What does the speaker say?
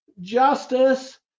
Justice